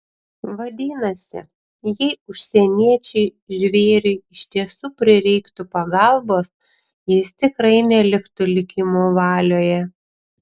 vadinasi jei užsieniečiui žvėriui iš tiesų prireiktų pagalbos jis tikrai neliktų likimo valioje